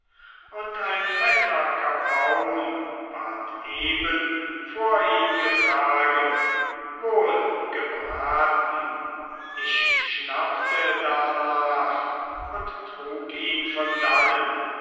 und ein fetter kapaun ward eben vor ihn getragen wohlgebraten ich schnappte darnach und trug ihn von dannen